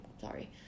sorry